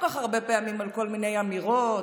כך הרבה פעמים על כל מיני אמירות ודברים,